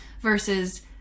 versus